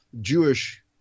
Jewish